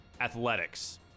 athletics